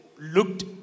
looked